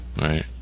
right